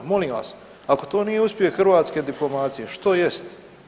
Molim vas, ako to nije uspjeh hrvatske diplomacije što jest?